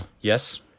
yes